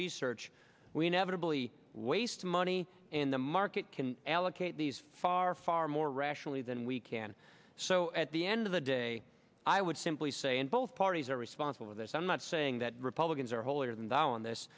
research we inevitably waste money and the market can allocate these far far more rationally than we can so at the end of the day i would simply say and both parties are responsible for this i'm not saying that republicans are holier than thou on this